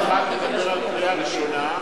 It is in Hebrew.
סעיף (1) מדבר על קריאה ראשונה,